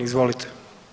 Izvolite.